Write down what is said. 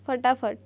ફટાફટ